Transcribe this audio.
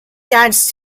dance